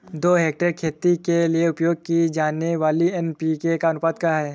दो हेक्टेयर खेती के लिए उपयोग की जाने वाली एन.पी.के का अनुपात क्या है?